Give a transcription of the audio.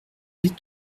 eat